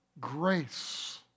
grace